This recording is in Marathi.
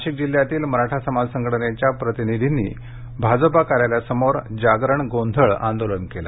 नाशिक जिल्ह्यातील मराठा समाज संघटनेच्या प्रतिनिधींनी भाजपा कार्यालयासमोर जागरण गोंधळ आंदोलन केलं